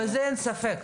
בזה אין ספק,